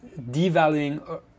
devaluing